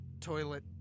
toilet